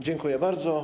Dziękuję bardzo.